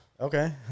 Okay